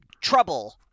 trouble